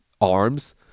arms